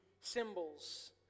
symbols